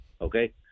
Okay